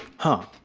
huh.